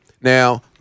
Now